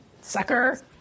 Sucker